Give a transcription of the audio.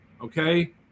okay